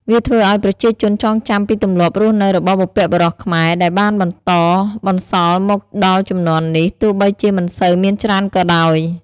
វាធ្វើឱ្យប្រជាជនចងចាំពីទម្លាប់រស់នៅរបស់បុព្វបុរសខ្មែរ ដែលបានបន្តបន្សល់មកដល់ជំនាន់នេះ ទោះបីជាមិនសូវមានច្រើនក៏ដោយ។